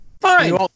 Fine